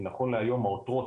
כי נכון להיום העותרות